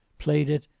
played it,